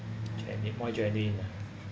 actually I need more ger~ lah